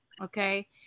Okay